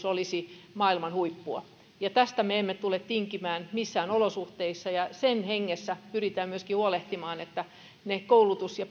olisi maailman huippua ja tästä me emme tule tinkimään missään olosuhteissa sen hengessä pyritään myöskin huolehtimaan että niitä koulutus ja